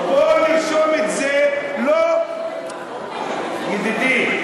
בוא נרשום את זה, לא, החוק מגדיר,